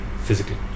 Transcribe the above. Physically